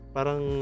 Parang